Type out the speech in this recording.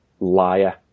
liar